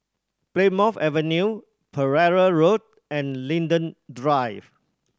Plymouth Avenue Pereira Road and Linden Drive